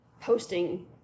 posting